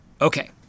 Okay